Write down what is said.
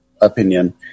opinion